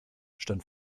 stand